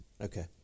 Okay